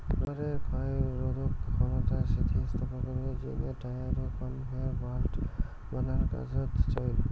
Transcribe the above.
রবারের ক্ষয়রোধক ক্ষমতা, স্থিতিস্থাপকতার জিনে টায়ার, কনভেয়ার ব্যাল্ট বানার কাজোত চইল